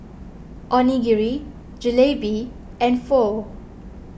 Onigiri Jalebi and Pho